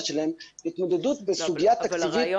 שלהם התמודדות בסוגיה תקציבית כל כך מורכבת ולכן